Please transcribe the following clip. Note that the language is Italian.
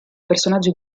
personaggi